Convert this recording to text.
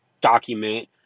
document